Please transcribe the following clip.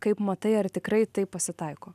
kaip matai ar tikrai taip pasitaiko